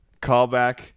Callback